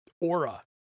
aura